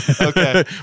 Okay